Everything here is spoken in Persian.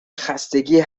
خستگی